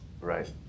Right